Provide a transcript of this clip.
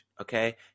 okay